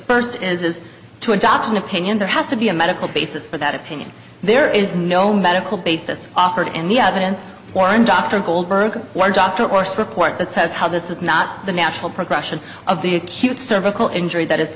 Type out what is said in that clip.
first is to adopt an opinion there has to be a medical basis for that opinion there is no medical basis offered and the other is one dr goldberg one doctor or support that says how this is not the natural progression of the acute cervical injury that i